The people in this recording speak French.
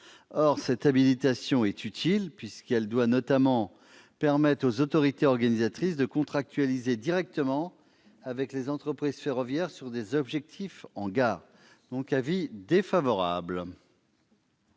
Or cette habilitation est utile, puisqu'elle doit notamment permettre aux autorités organisatrices de contractualiser directement avec les entreprises ferroviaires sur des objectifs en gare. Aussi, l'avis est défavorable.